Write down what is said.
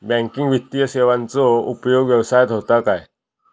Banking वित्तीय सेवाचो उपयोग व्यवसायात होता काय?